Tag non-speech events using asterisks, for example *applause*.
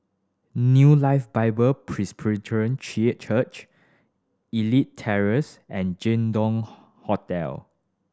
New Life Bible Presbyterian *unintelligible* Church Elite Terrace and Jin Dong Hotel